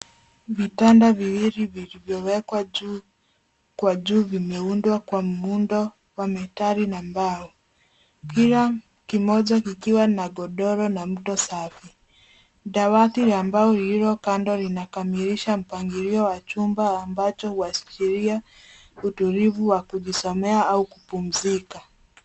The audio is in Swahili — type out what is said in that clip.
Vitanda viwili vilivyowekwa juu kwa juu vimeundwa kwa muundo wa metali na mbao. Kila kimoja kikiwa na godoro na mto safi. Dawati la mbao lililo kando linakamilisha mpangilio wa chumba ambacho huashiria utulivu wa kujisomea au kupumzika.